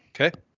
Okay